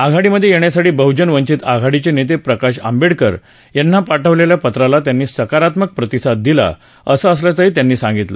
आघाडीमध्ये येण्यासाठी बहजन वंचित आघाडीचे नेते प्रकाश आंबेडकर यांना पाठवलेल्या पत्राला त्यांनी सकारात्मक प्रतिसाद दिला असल्याचंही या नेत्यानं सांगितलं